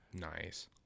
Nice